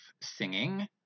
singing